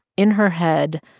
in her head,